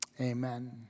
amen